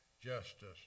justice